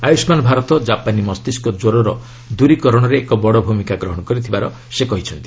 ଆୟୁଷ୍କାନ ଭାରତ କାପାନୀ ମସ୍ତିଷ୍କ ଜ୍ୱରର ଦୂରୀକରଣରେ ଏକ ବଡ଼ ଭୂମିକା ଗ୍ରହଣ କରିଥିବାର ସେ କହିଥିଲେ